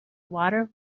water